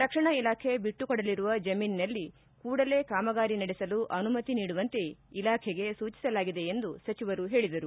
ರಕ್ಷಣಾ ಇಲಾಖೆ ಬಿಟ್ಟುಕೊಡಲಿರುವ ಜಮೀನಿನಲ್ಲಿ ಕೂಡಲೇ ಕಾಮಗಾರಿ ನಡೆಸಲು ಅನುಮತಿ ನೀಡುವಂತೆ ಇಲಾಖೆಗೆ ಸೂಚಿಸಲಾಗಿದೆ ಎಂದು ಸಚಿವರು ಹೇಳಿದರು